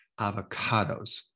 avocados